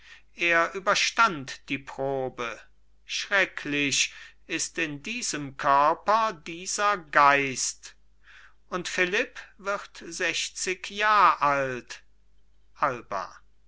er überstand die probe schrecklich ist in diesem körper dieser geist und philipp wird sechzig jahr alt alba